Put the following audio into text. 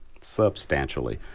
substantially